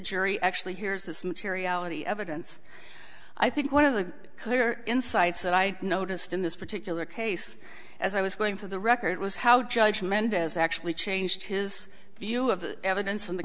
jury actually hears this materiality evidence i think one of the clear insights that i noticed in this particular case as i was going through the record was how to judge mendez actually changed his view of the evidence from the